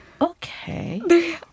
okay